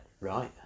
right